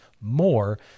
more